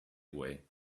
away